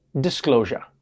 Disclosure